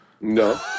No